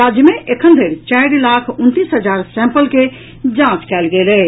राज्य मे एखन धरि चारि लाख उनतीस हजार सैंपल के जांच कयल गेल अछि